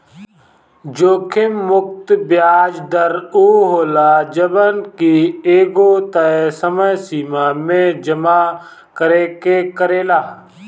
जोखिम मुक्त बियाज दर उ होला जवन की एगो तय समय सीमा में जमा करे के रहेला